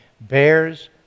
bears